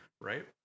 right